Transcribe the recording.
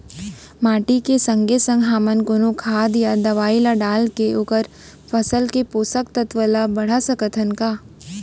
माटी के संगे संग हमन कोनो खाद या दवई ल डालके ओखर फसल के पोषकतत्त्व ल बढ़ा सकथन का?